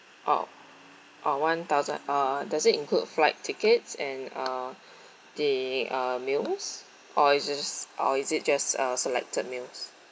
oh oh one thousand uh does it include flight tickets and uh they are meals or is or is it just uh selected meals